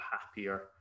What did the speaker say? happier